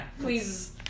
please